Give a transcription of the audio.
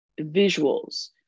visuals